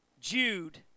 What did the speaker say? Jude